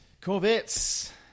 Corvettes